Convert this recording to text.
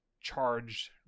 charged